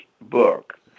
book